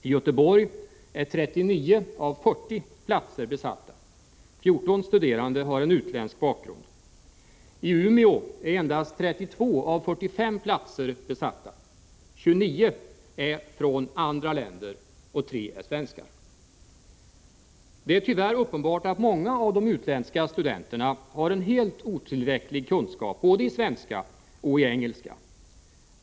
I Göteborg är 39 av 40 platser besatta. 14 studerande har en utländsk bakgrund. I Umeå är endast 32 av 45 platser besatta. 29 studerande kommer från andra länder, och tre är svenskar. Det är tyvärr uppenbart att många av de utländska studenterna har en helt otillräcklig kunskap både i svenska och i engelska.